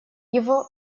его